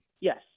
yes